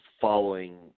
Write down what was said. following